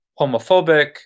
homophobic